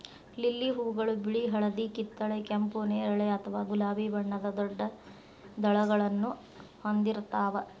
lily ಹೂಗಳು ಬಿಳಿ, ಹಳದಿ, ಕಿತ್ತಳೆ, ಕೆಂಪು, ನೇರಳೆ ಅಥವಾ ಗುಲಾಬಿ ಬಣ್ಣದ ದೊಡ್ಡ ದಳಗಳನ್ನ ಹೊಂದಿರ್ತಾವ